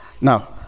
Now